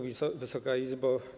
Wysoka Izbo!